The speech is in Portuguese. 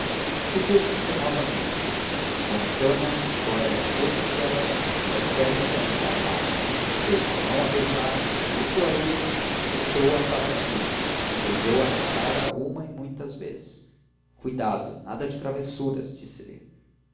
despediu-se penosamente d antônia embora lhe fosse adversa é certo que ainda a amava deu-lhe a mão a beijar e vendo-a ir puxou-a para si e beijou-a na cara uma e muitas vezes cuidado nada de travessuras disse-lhe tia